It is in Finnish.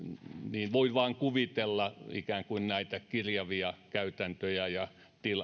ja voi vain kuvitella näitä kirjavia käytäntöjä ja